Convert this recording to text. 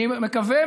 אני מקווה,